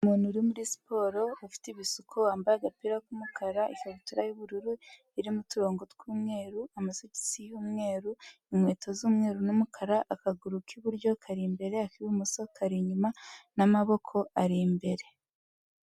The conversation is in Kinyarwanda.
Umuntu uri muri siporo ufite ibisuko wambaye agapira k'umukara, ikabutura y'ubururu irimo uturongo tw'umweru, amasogisi y'umweru, inkweto z'umweru n'umukara, akaguru k'iburyo kari imbere ak'ibumoso kari inyuma n'amaboko ari imbere.